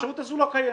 האפשרות הזאת לא קיימת.